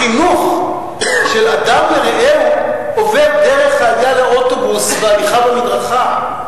החינוך של אדם ליחס לרעהו עובר דרך העלייה לאוטובוס וההליכה במדרכה,